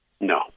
No